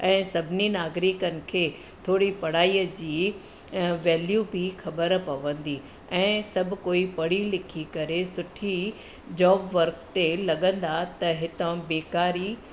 ऐं सभिनी नागिरिकनि खे थोरी पढ़ाईअ जी वेल्यू बि ख़बर पवंदी ऐं सभु कोई पढ़ी लिखी करे सुठी जॉब वर्क ते लॻंदा त हितां बेकारी